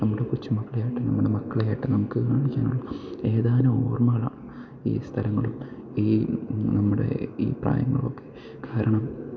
നമ്മുടെ കൊച്ചുമക്കളെയായിട്ടും നമ്മുടെ മക്കളായിട്ടും നമുക്ക് കാണിക്കാനുള്ള ഏതാനും ഓർമ്മളാണ് ഈ സ്ഥലങ്ങളും ഈ നമ്മുടെ ഈ പ്രായങ്ങളൊക്കെ കാരണം